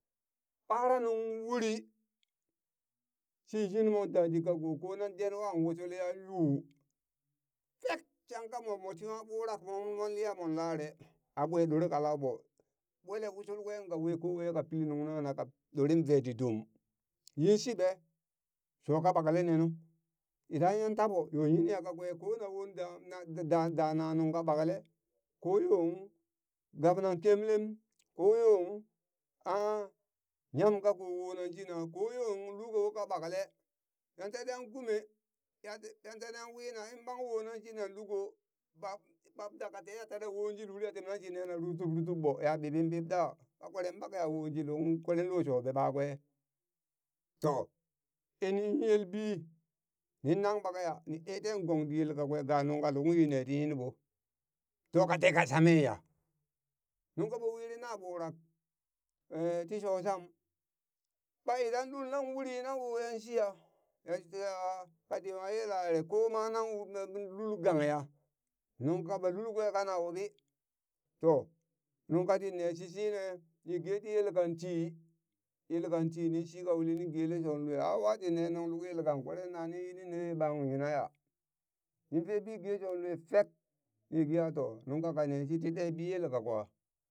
ɓara nung wuri shi shi yinmo dadit kako ko nan den wa wusul ya yu fek shangka mo moti nwa burak mon liya mon lare a ɓwe ɓore kalau ɓo ɓwele wusul a wi ko waiya ka pill nung nana ka ɗore vee ti dum yinshiɓe shoka ɓakle nenu idan yan taɓo yo yinya kakwe ko na won na da daana nungka ɓakle koyo gabnan kemlem koyon aa nyam kako wo nan shina koyo luko ka ɓakle yan ta tiyan kume yante tiyan wina in ɓangyo wonan shinan luko kpap kpap daga teya ya tena wo shi luli ya temna shi nena rutub rutubɓo ya ɓiɓɓin ɓib ɗa ɓa kweren ɓakeha wo shi luhung kweren lo sho ɓe ɓakwe to innin yelbi nin nan ɓakeya ni de ten gong di ye kakwe ga nungka lukung yi ne ti yinɓo toka teka shamen ya nungka ɓo wilin na ɓurak ee tisho sham ɓa idan lul nan uri nan woyan shiya gaskiya kati nwa yele ere koma nan wub lul gangya nungka ɓe lulkwe kana wuɓi to nungka tin neshit shine ni geti yel kan tii yelkan tii nin shika uli nin gele sho lue a wa tinne nunghung luk yelkang kwere nanu ninyi nin neye ɓang yinaya? ni koɓi ge shon lue ni fek ni gee aa to nung kaka neshit ti debi yel kakwa